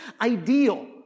ideal